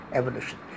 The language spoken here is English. evolution